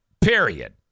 Period